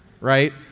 Right